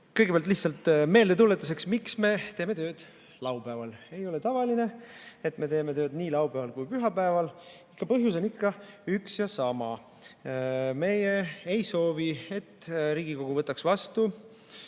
Kõigepealt lihtsalt meeldetuletuseks, miks me teeme tööd laupäeval. Ei ole tavaline, et me teeme tööd nii laupäeval kui ka pühapäeval. Aga põhjus on ikka üks ja sama: meie ei soovi, et Riigikogu võtaks vastu